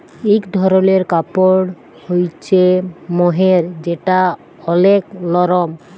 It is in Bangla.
ইক ধরলের কাপড় হ্য়চে মহের যেটা ওলেক লরম